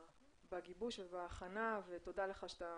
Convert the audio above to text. בגיבוש ובהכנה, תודה לך שאתה